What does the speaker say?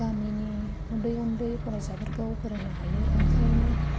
गामिनि उन्दै उन्दै फरायसाफोरखौ फोरोंनो हायो ओंखायनो